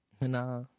Nah